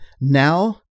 now